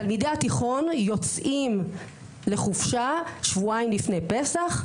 תלמידי התיכון יוצאים לחופשה שבועיים לפני פסח,